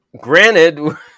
Granted